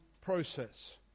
process